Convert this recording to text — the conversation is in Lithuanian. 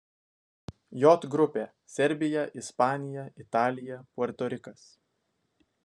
j grupė serbija ispanija italija puerto rikas